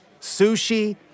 Sushi